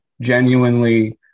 genuinely